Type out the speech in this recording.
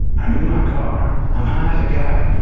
i'm in my car, i'm high as a kite,